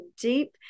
deep